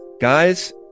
Guys